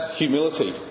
humility